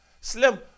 Slim